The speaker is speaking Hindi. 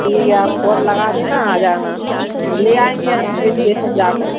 ठीक है आप कॉल लगा देना आ जाना ले आएगे आपको इस्टेसन जाकर